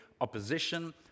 opposition